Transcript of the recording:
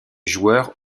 joueurs